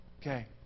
Okay